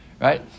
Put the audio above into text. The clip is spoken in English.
Right